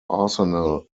arsenal